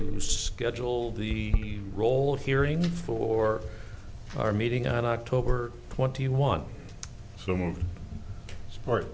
e schedule the role of hearing for our meeting on october twenty one so we support